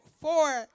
four